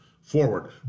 forward